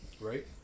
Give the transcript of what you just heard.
Right